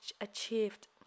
achieved